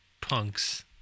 punks